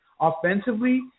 Offensively